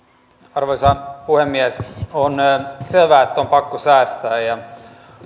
arvoisa puhemies on selvää että on pakko säästää ja